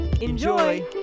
Enjoy